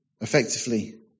effectively